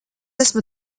esmu